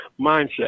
mindset